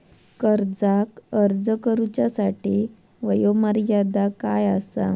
कर्जाक अर्ज करुच्यासाठी वयोमर्यादा काय आसा?